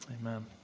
Amen